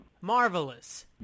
Marvelous